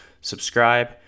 subscribe